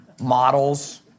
models